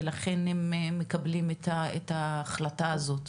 ולכן הם מקבלים את ההחלטה הזאת.